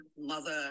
mother